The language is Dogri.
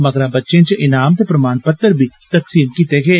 मगरा बच्चें च इनाम ते प्रमाण पत्र बी तक्सीम कीते गे